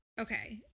okay